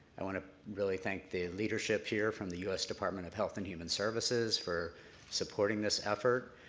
i want to really thank the leadership here from the u s. department of health and human services for supporting this effort.